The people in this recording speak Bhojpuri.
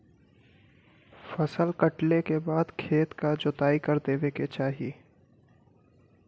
फसल कटले के बाद खेत क जोताई कर देवे के चाही